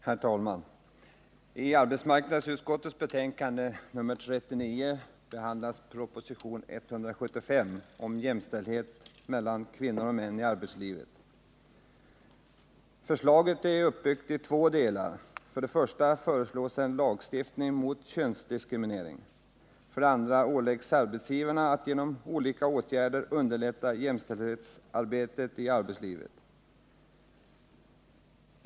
Herr talman! I arbetsmarknadsutskottets betänkande nr 39 behandlas propositionen 175 om jämställdhet mellan kvinnor och män i arbetslivet. Förslaget är uppbyggt i två delar: för det första föreslås en lagstiftning mot könsdiskriminering, och för det andra åläggs arbetsgivarna att genom olika åtgärder underlätta jämställdhetsarbetet i arbetslivet.